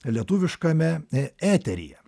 lietuviškame eteryje